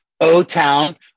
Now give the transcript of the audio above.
O-Town